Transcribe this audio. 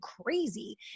crazy